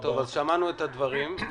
שמענו את הדברים,